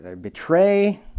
Betray